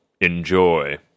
enjoy